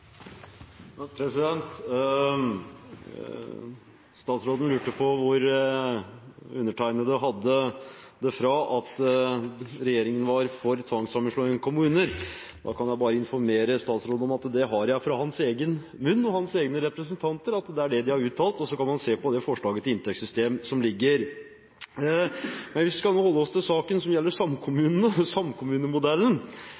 Statsråden lurte på hvor undertegnede hadde det fra at regjeringen var for tvangssammenslåing av kommuner. Da kan jeg bare informere statsråden om at det har jeg fra hans egen munn og hans egne representanter. Det er det de har uttalt, og så kan man se på det forslaget til inntektssystem som foreligger. Men hvis vi nå skal holde oss til saken, som gjelder